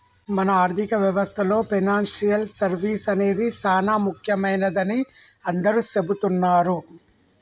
మన ఆర్థిక వ్యవస్థలో పెనాన్సియల్ సర్వీస్ అనేది సానా ముఖ్యమైనదని అందరూ సెబుతున్నారు